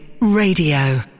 Radio